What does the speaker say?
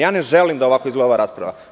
Ne želim da ovako izgleda ova rasprava.